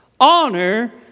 Honor